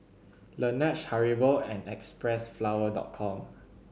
Laneige Haribo and Xpressflower Dot Com